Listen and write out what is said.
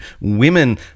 women